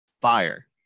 fire